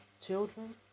children